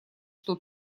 что